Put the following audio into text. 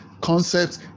concepts